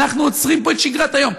אנחנו עוצרים פה את שגרת היום.